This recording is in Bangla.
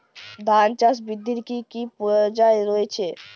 ধান চাষ বৃদ্ধির কী কী পর্যায় রয়েছে?